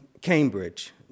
Cambridge